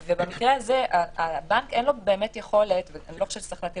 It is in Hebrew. במקרה הזה לבנק אין באמת יכולת ואני גם לא חושבת שצריך להטיל